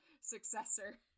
successor